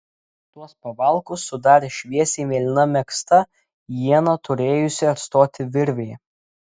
tuos pavalkus sudarė šviesiai mėlyna megzta ieną turėjusi atstoti virvė